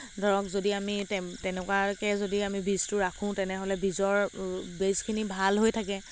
ধৰক যদি আমি তেনেকুৱাকে যদি আমি বীজটো ৰাখোঁ তেনেহ'লে বীজৰ বীজখিনি ভাল হৈ থাকে